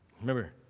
Remember